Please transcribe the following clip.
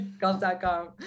Golf.com